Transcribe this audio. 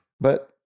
But-